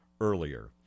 earlier